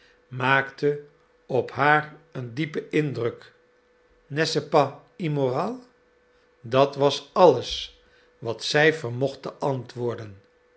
maakte op haar een diepen indruk n'est-ce pas immoral dat was alles wat zij vermocht te antwoorden